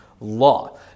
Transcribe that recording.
law